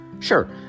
Sure